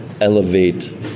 elevate